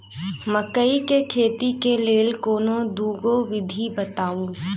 मकई केँ खेती केँ लेल कोनो दुगो विधि बताऊ?